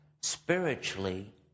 spiritually